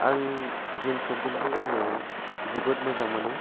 आं jeans long pant खौ गाननो जोबोद मोजां मोनो